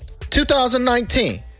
2019